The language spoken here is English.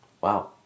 Wow